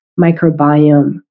microbiome